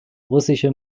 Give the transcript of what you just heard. russische